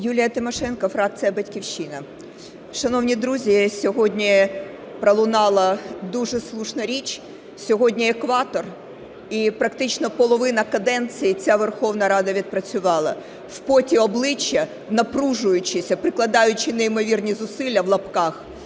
Юлія Тимошенко, фракція "Батьківщина". Шановні друзі, сьогодні пролунала дуже слушна річ: сьогодні екватор і практично половина каденції ця Верховна Рада відпрацювала в поті обличчя, напружуючись, прикладаючи неймовірні "зусилля" (в лапках).